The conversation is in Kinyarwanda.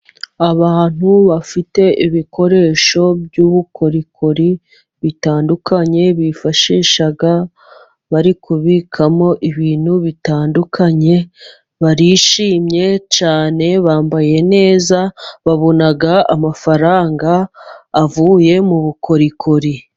Abantu bafite ibikoresho by'ubukorikori bitandukanye bifashisha bari kubikamo ibintu bitandukanye, barishimye cyane, bambaye neza, babona amafaranga avuye mu bukorikori.